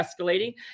escalating